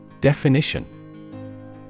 Definition